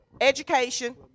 education